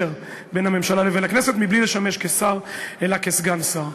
בין הממשלה לכנסת בלי לשמש כשר אלא כסגן שר.